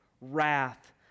wrath